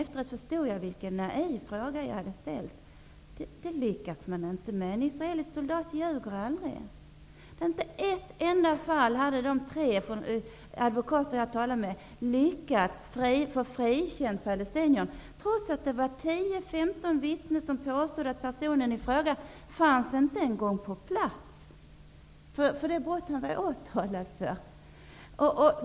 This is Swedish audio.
Jag förstod efteråt vilken naiv fråga jag hade ställt. Detta lyckas man inte med! En israelisk soldat ljuger aldrig! Inte i ett enda fall hade de tre advokater som jag talade med lyckats få palestinier frikända, trots att det kanske fanns tio femton vittnen som påstod att personen i fråga inte ens fanns på plats för det brott han var åtalad för.